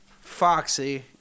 Foxy